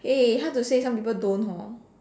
eh hard to say some people don't hor